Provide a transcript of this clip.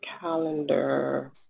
calendar